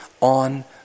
on